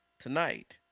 tonight